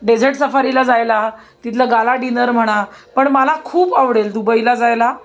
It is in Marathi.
डेझर्ट सफारीला जायला तिथलं गाला डिनर म्हणा पण मला खूप आवडेल दुबईला जायला